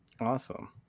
Awesome